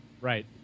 Right